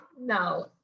No